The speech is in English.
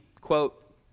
quote